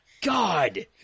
God